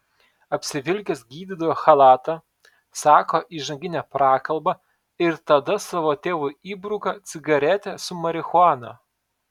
apsivilkęs gydytojo chalatą sako įžanginę prakalbą ir tada savo tėvui įbruka cigaretę su marihuana